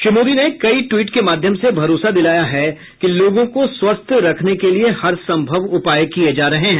श्री मोदी ने कई ट्वीट के माध्यम से भरोसा दिलाया है कि लोगों को स्वस्थ रखने के लिए हरसंभव उपाय किये जा रहे हैं